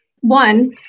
One